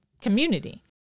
community